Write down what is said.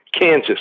Kansas